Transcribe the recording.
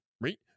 right